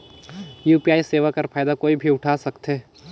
UPI सेवा कर फायदा कोई भी उठा सकथे?